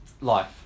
Life